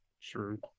True